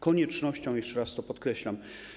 Koniecznością - jeszcze raz to podkreślam.